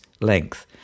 length